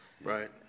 Right